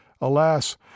Alas